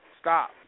Stop